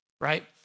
right